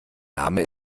name